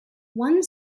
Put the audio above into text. one